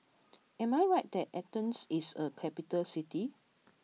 am I right that Athens is a capital city